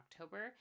October